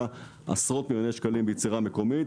עשרות מיליוני שקלים ביצירה מקומית.